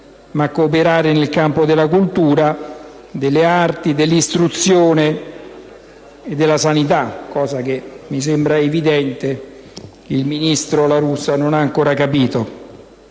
ma cooperare nel campo della cultura, delle arti, dell'istruzione e della sanità (cosa, questa, che mi sembra evidente il ministro La Russa non abbia ancora capito).